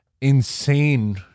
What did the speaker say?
insane